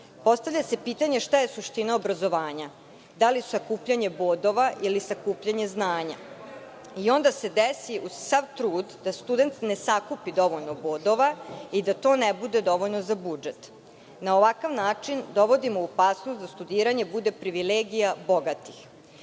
naučio. Postavlja se pitanje šta je suština obrazovanja. Da li sakupljanje bodova ili sakupljanje znanja i onda se desi uz sav trud da student ne sakupi dovoljno bodova i da to ne bude dovoljno za budžet. Na ovakav način dovodimo u opasnost da studiranje bude privilegija bogatih. Primera